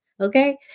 Okay